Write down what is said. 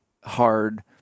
hard